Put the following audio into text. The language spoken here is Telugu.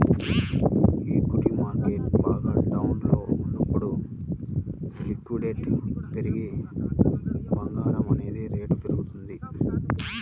ఈక్విటీ మార్కెట్టు బాగా డౌన్లో ఉన్నప్పుడు లిక్విడిటీ పెరిగి బంగారం అనేది రేటు పెరుగుతుంది